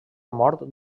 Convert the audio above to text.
mort